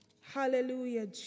Hallelujah